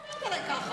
למה את מדברת עליי ככה?